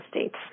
states